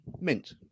mint